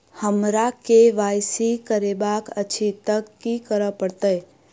हमरा केँ Y C करेवाक अछि तऽ की करऽ पड़तै?